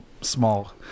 small